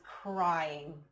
crying